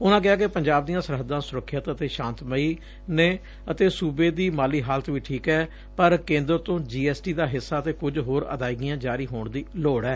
ਉਨੂਾਂ ਕਿਹਾ ਕਿ ਪੰਜਾਬ ਦੀਆਂ ਸਰਹੱਦਾਂ ਸੁਰੱਖਿਅਤ ਅਤੇ ਸਾਂਤਮਈ ਨੇ ਅਤੇ ਸੁਬੇ ਦੀ ਮਾਲੀ ਹਾਲਤ ਵੀ ਠੀਕ ਐ ਪਰ ਕੇਂਦਰ ਤੋਂ ਜੀ ਐਸ ਟੀ ਦਾ ਹਿੱਸਾ ਅਤੇ ਕੁਝ ਹੋਰ ਅਦਾਇਗੀਆਂ ਜਾਰੀ ਹੋਣ ਦੀ ਲੋੜ ਐ